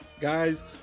guys